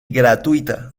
gratuita